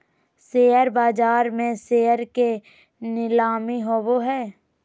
share बाज़ार में share के नीलामी होबो हइ